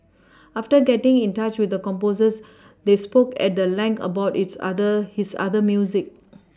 after getting in touch with the composers they spoke at the length about its other his other music